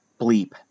bleep